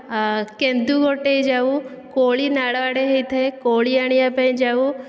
କେନ୍ଦୁ ଗୋଟେଇ ଯାଉ କୋଳି ନାଳ ଆଡ଼େ ହୋଇଥାଏ କୋଳି ଆଣିବାକୁ ଯାଉ